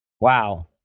Wow